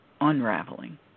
unraveling